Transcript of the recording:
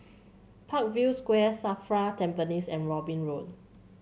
Parkview Square Safra Tampines and Robin Road